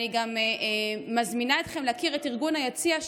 אני גם מזמינה אתכם להכיר את ארגון היציע,